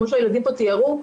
כמו שהילדים פה תיארו,